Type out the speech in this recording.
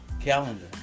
Calendar